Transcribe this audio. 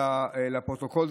אלא לפרוטוקול,